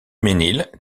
mesnil